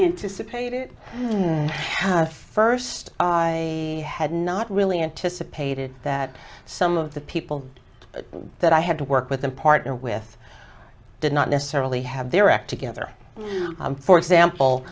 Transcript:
anticipated first i had not really anticipated that some of the people that i had to work with a partner with did not necessarily have their act together for example